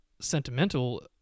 sentimental